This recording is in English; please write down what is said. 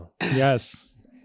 Yes